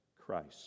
Christ